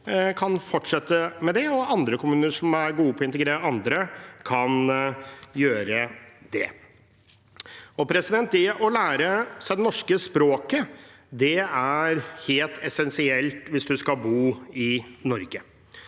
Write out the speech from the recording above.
kan fortsette med det, og andre kommuner som er gode på å integrere andre, kan gjøre det. Det å lære seg det norske språket er helt essensielt hvis du skal bo i Norge.